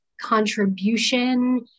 contribution